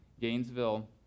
Gainesville